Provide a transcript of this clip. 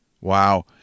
Wow